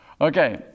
Okay